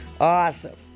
Awesome